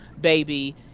baby